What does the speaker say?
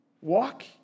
Walk